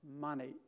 Money